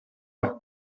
noch